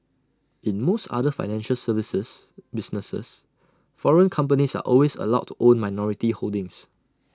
in most other financial services businesses foreign companies are always allowed to own minority holdings